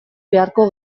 beharko